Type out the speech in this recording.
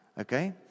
Okay